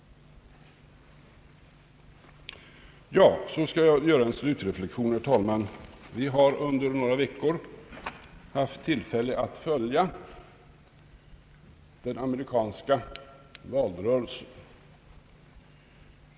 Så skall jag göra en slutreflexion, herr talman. Vi har under några veckor haft tillfälle att följa den amerikanska valrörelsen.